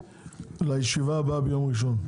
לישיבה הבאה ביום ראשון.